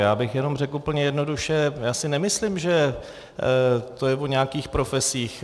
Já bych jenom řekl úplně jednoduše, já si nemyslím, že to je o nějakých profesích.